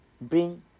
bring